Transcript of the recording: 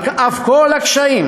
על אף כל הקשיים,